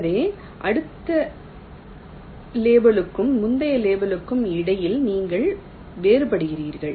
எனவே அடுத்த லேபிளுக்கும் முந்தைய லேபிளுக்கும் இடையில் நீங்கள் வேறுபடுகிறீர்கள்